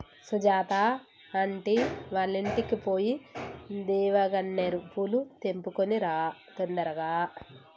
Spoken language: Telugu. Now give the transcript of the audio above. సుజాత ఆంటీ వాళ్ళింటికి పోయి దేవగన్నేరు పూలు తెంపుకొని రా తొందరగా